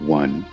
one